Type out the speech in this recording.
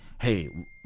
hey